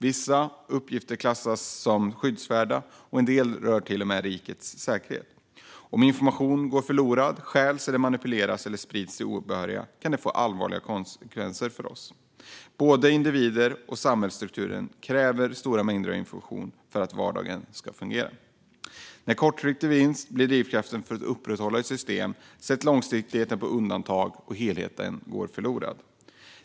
Vissa uppgifter klassas som skyddsvärda, och en del rör till och med rikets säkerhet. Om information går förlorad, stjäls, manipuleras eller sprids till obehöriga kan det få allvarliga konsekvenser för oss. Både individer och samhällsstrukturen kräver stora mängder av information för att vardagen ska fungera. När kortsiktig vinst blir drivkraften för att upprätthålla ett system sätts långsiktigheten på undantag, och helheten går förlorad.